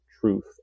truth